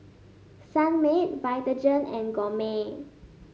Sunmaid Vitagen and Gourmet